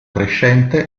crescente